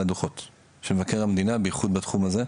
הדוחות של מבקר המדינה בייחוד בתחום הזה.